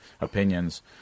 opinions